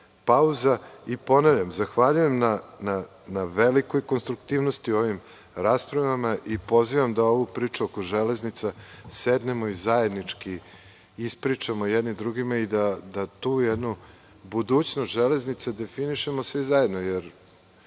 jednom ponavljam, zahvaljujem vam na velikoj konstruktivnosti u ovim raspravama i pozivam vas da ovu priču oko železnica sednemo i zajednički ispričamo jedni drugima i da tu jednu budućnost železnice definišemo svi zajedno.